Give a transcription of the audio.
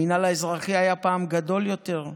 המינהל האזרחי היה פעם גדול יותר,